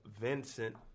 vincent